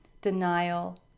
denial